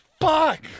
Fuck